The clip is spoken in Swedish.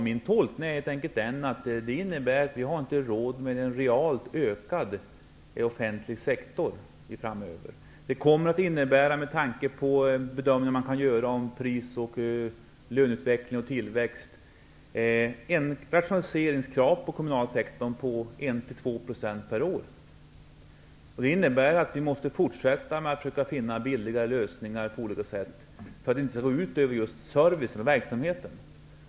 Min tolkning är helt enkelt att vi inte har råd med en realt ökad offentlig sektor framöver. Med tanke på de bedömningar som kan göras om pris och löneutveckling och tillväxt, kommer det att innebära rationaliseringskrav på den kommunala sektorn på 1--2 % per år. Det innebär att vi måste fortsätta att försöka finna billiga lösningar, för att det inte skall gå ut över servicen och verksamheten.